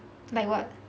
like what